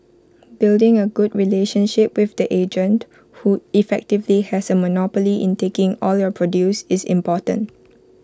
building A good relationship with the agent who effectively has A monopoly in taking all your produce is important